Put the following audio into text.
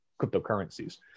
cryptocurrencies